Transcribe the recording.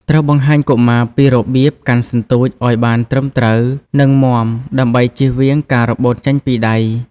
ត្រូវបង្ហាញកុមារពីរបៀប កាន់សន្ទូច ឱ្យបានត្រឹមត្រូវ និងមាំដើម្បីជៀសវាងការរបូតចេញពីដៃ។